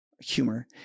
humor